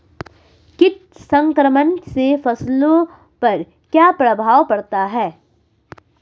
कीट संक्रमण से फसलों पर क्या प्रभाव पड़ता है?